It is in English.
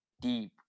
deep